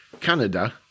Canada